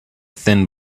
thin